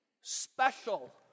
special